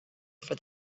for